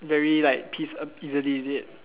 very like pissed off easily is it